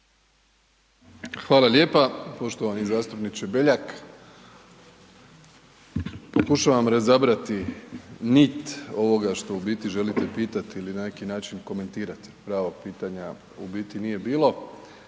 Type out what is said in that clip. Hvala lijepa. Poštovani zastupniče Beljak, pokušavam razabrati nit ovoga što u biti želite pitati ili na neki način komentirati, pravog pitanja u biti nije bilo.